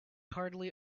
hardly